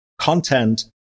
content